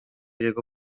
jego